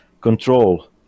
control